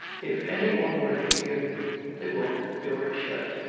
if any one were to hear you they won't. the door is shut,